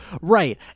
Right